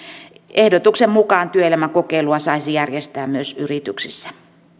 ehdotuksen mukaan työelämäkokeilua saisi järjestää myös yrityksissä